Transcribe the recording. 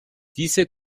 diese